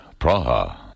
Praha